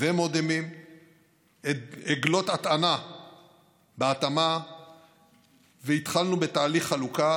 ומודמים ועגלות הטענה בהתאמה והתחלנו בתהליך חלוקה